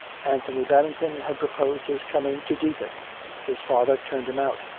anthony babing ton had proposed his coming to dethick if his father turned him out